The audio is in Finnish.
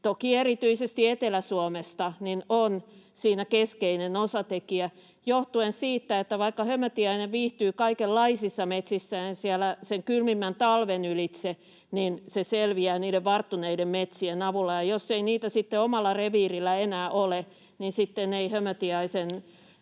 toki erityisesti Etelä-Suomesta, on siinä keskeinen osatekijä johtuen siitä, että vaikka hömötiainen viihtyy kaikenlaisissa metsissä, niin sen kylmimmän talven ylitse se selviää niiden varttuneiden metsien avulla, ja jos ei niitä sitten omalla reviirillä enää ole, sitten eivät pienet